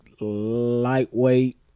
lightweight